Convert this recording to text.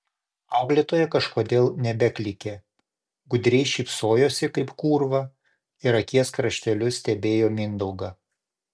auklėtoja kažkodėl nebeklykė gudriai šypsojosi kaip kūrva ir akies krašteliu stebėjo mindaugą